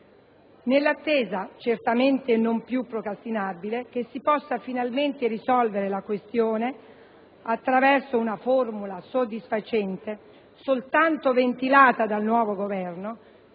Nell'attesa, certamente non più procrastinabile, che si possa finalmente risolvere la questione attraverso una formula soddisfacente, soltanto ventilata dal nuovo Governo,